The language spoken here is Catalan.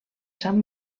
sant